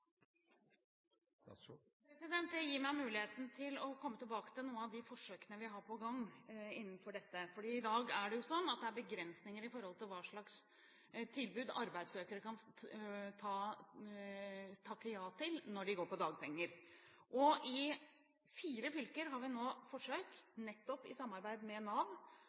Det gir meg muligheten til å komme tilbake til noen av de forsøkene vi har på gang innenfor dette feltet. I dag er det begrensninger når det gjelder hvilket tilbud arbeidssøkere kan takke ja til når de går på dagpenger. I fire fylker har vi nå forsøk – nettopp i samarbeid med Nav